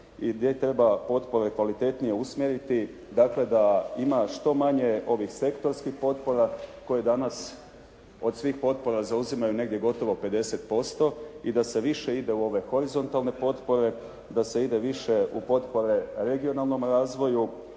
i gdje treba potpore kvalitetnije usmjeriti. Dakle da ima što manje ovih sektorskih potpora koje danas od svih potpora zauzimaju negdje gotovo 50% i da se više ide u ove horizontalne potpore, da se ide više u potpore regionalnom razvoju